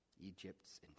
Egypt's